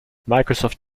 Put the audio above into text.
microsoft